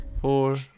four